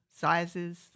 sizes